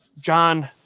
John